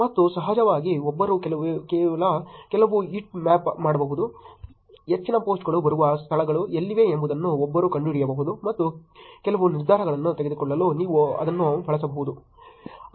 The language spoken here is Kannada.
ಮತ್ತು ಸಹಜವಾಗಿ ಒಬ್ಬರು ಕೆಲವು ಹೀಟ್ ಮ್ಯಾಪ್ ಮಾಡಬಹುದು ಹೆಚ್ಚಿನ ಪೋಸ್ಟ್ಗಳು ಬರುವ ಸ್ಥಳಗಳು ಎಲ್ಲಿವೆ ಎಂಬುದನ್ನು ಒಬ್ಬರು ಕಂಡುಹಿಡಿಯಬಹುದು ಮತ್ತು ಕೆಲವು ನಿರ್ಧಾರಗಳನ್ನು ತೆಗೆದುಕೊಳ್ಳಲು ನೀವು ಅದನ್ನು ಬಳಸಬಹುದು